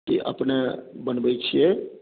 की अपने बनबैत छियै